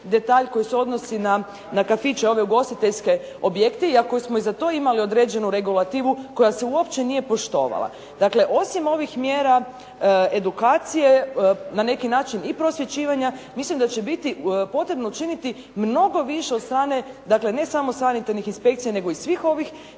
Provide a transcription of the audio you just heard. detalj koji se odnosi na kafiće, ove ugostiteljske objekte i ako smo i za to imali određenu regulativu koja se uopće nije poštovala. Dakle, osim ovih mjera edukacije na neki način i prosvjećivanja mislim da će biti potrebno učiniti mnogo više od strane, dakle ne samo sanitarnih inspekcija nego i svih ovih